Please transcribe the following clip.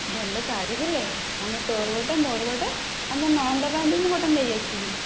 ଭଲ ଶାଢ଼ୀ ଥିଲେ ଆମେ ତୋର ଗୋଟିଏ ମୋର ଗୋଟିଏ ଆଉ ମୋ ନଣନ୍ଦ ପାଇଁ ବି ମୁଁ ଗୋଟିଏ ନେଇଆସିବି